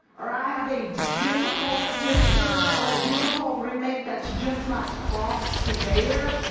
or i have a difficult sister or a difficult roommate that's just my cross to bear.